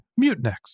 Mutinex